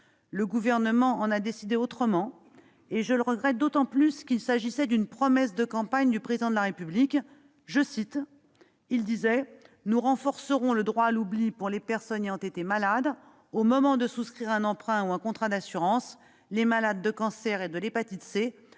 Le Gouvernement en a décidé autrement. Je le regrette d'autant plus qu'il s'agissait d'une promesse de campagne du Président de la République, qui déclarait :« Nous renforcerons le droit à l'oubli pour les personnes ayant été malades. Au moment de souscrire un emprunt ou un contrat d'assurance, les malades de cancers et de l'hépatite C